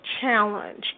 challenge